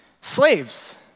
slaves